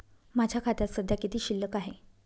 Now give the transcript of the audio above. माझ्या खात्यात सध्या किती शिल्लक आहे?